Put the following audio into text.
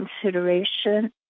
consideration